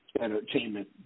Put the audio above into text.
entertainment